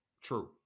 True